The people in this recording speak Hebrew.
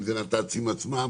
אם זה הנת"צים עצמם,